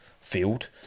field